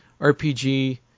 RPG